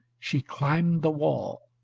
she climbed the wall.